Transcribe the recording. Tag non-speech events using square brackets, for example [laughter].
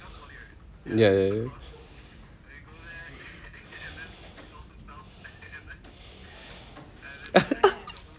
ya ya [laughs]